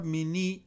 Mini